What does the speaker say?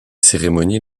cérémonies